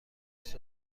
دست